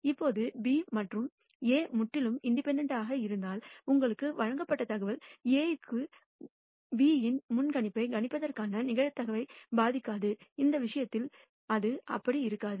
இப்போது B மற்றும் A முற்றிலும் இண்டிபெண்டெண்ட் இருந்தால் உங்களுக்கு வழங்கப்பட்ட தகவல் A க்கு B இன் முன்கணிப்பை கணிப்பதற்கான நிகழ்தகவை பாதிக்காது இந்த விஷயத்தில் அது அப்படி இருக்காது